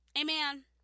Amen